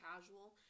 casual